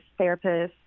therapists